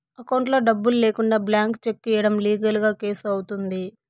అకౌంట్లో డబ్బులు లేకుండా బ్లాంక్ చెక్ ఇయ్యడం లీగల్ గా కేసు అవుతుంది